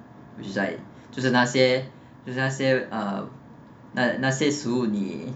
which like 就是那些就是那些 uh 那些食物你